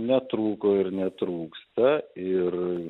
netrūko ir netrūksta ir